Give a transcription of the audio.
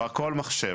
הכול מחשב.